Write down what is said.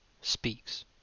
speaks